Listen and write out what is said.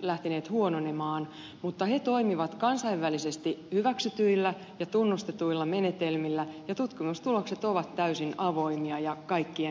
lähteneet huononemaan mutta he toimivat kansainvälisesti hyväksytyillä ja tunnustetuilla menetelmillä ja tutkimustulokset ovat täysin avoimia ja kaikkia